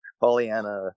Pollyanna